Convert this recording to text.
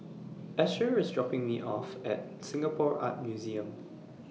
Asher IS dropping Me off At Singapore Art Museum